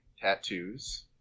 tattoos